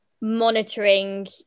monitoring